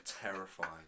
terrifying